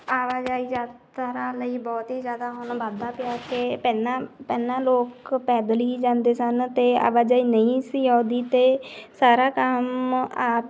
ਆਵਾਜਾਈ ਯਾਤਰਾ ਲਈ ਬਹੁਤ ਹੀ ਜ਼ਿਆਦਾ ਹੁਣ ਵੱਧਦਾ ਪਿਆ ਅਤੇ ਪਹਿਲਾਂ ਪਹਿਲਾਂ ਲੋਕ ਪੈਦਲ ਹੀ ਜਾਂਦੇ ਸਨ ਅਤੇ ਆਵਾਜਾਈ ਨਹੀਂ ਸੀ ਆਉਂਦੀ ਅਤੇ ਸਾਰਾ ਕੰਮ ਆਪ